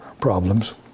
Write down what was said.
problems